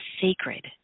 sacred